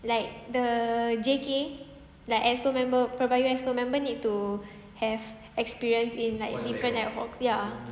like the J_K like exco member PERBAYU exco member need to have experience in like different ad hoc ya